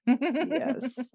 Yes